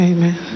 Amen